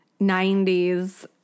90s